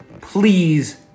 please